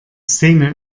szene